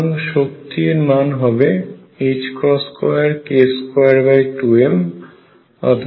সুতরাং শক্তি এর মান হবে 2k22m অথবা p22m